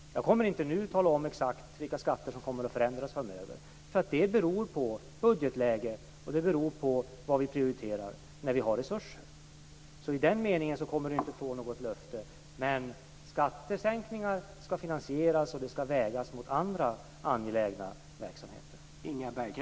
Jag kommer inte nu att tala om exakt vilka skatter som kommer att förändras framöver. Det beror på budgetläget och vad vi prioriterar när vi har resurser. I den meningen kommer jag inte att ge något löfte. Skattesänkningar skall finansieras och vägas mot andra angelägna verksamheter.